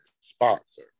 sponsor